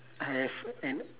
I have an